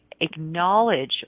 acknowledge